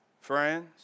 Friends